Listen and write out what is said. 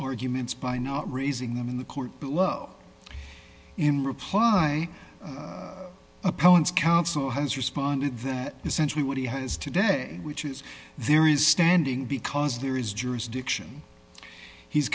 arguments by not raising them in the court below in reply opponent's counsel has responded that essentially what he has today which is there is standing because there is jurisdiction he's